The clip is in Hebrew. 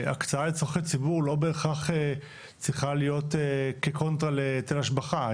הקצאה לצרכי ציבור לא בהכרח צריכה להיות כקונטרה להיטל השבחה.